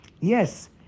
Yes